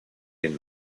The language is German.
den